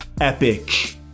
epic